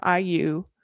IU